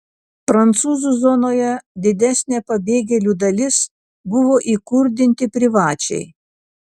prancūzų zonoje didesnė pabėgėlių dalis buvo įkurdinti privačiai